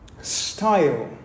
style